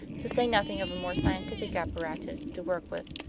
to say nothing of a more scientific apparatus to work with,